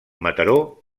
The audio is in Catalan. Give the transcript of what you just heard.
mataró